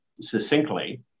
succinctly